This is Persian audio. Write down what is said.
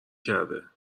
کرده